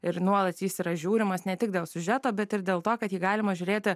ir nuolat jis yra žiūrimas ne tik dėl siužeto bet ir dėl to kad jį galima žiūrėti